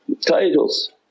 titles